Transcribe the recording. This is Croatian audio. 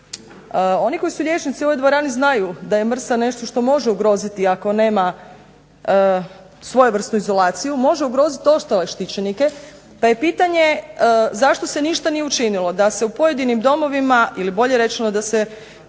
oni koji su liječnici u ovoj dvorani znaju da je MRSA nešto što može ugroziti ako nema svojevrsnu izolaciju, može ugroziti ostale štićenike pa je pitanje zašto se ništa nije učinilo da se u pojedinim domovima ili bolje rečeno da se